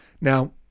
now